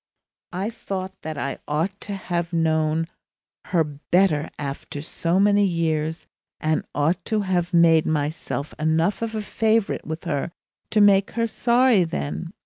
i thought that i ought to have known her better after so many years and ought to have made myself enough of a favourite with her to make her sorry then.